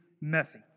messy